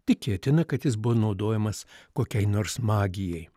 tikėtina kad jis buvo naudojamas kokiai nors magijai